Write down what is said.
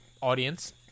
audience